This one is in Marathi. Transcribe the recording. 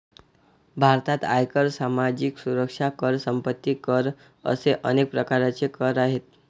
भारतात आयकर, सामाजिक सुरक्षा कर, संपत्ती कर असे अनेक प्रकारचे कर आहेत